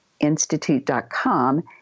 Institute.com